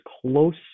close